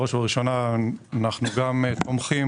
בראש ובראשונה אנחנו גם תומכים,